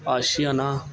ਆਸ਼ੀਆਨਾ